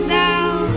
down